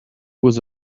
with